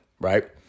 right